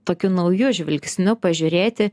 tokiu nauju žvilgsniu pažiūrėti